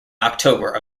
october